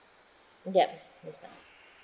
yup miss tan